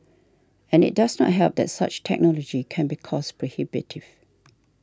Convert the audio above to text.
and it does not help that such technology can be cost prohibitive